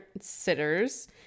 sitters